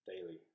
daily